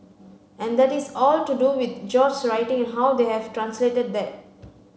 and that is all to do with George's writing and how they have translated that